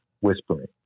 whispering